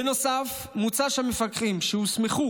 בנוסף, מוצע שהמפקחים שהוסמכו